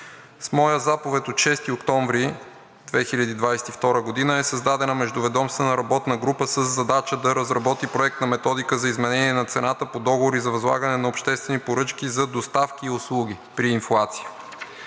С моя заповед от 6 октомври 2022 г. е създадена междуведомствена работна група със задача да разработи проект на методика за изменение на цената по договори за възлагане на обществени поръчки за доставки и услуги при инфлация.